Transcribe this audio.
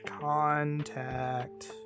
Contact